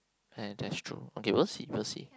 oh that's true okay will see will see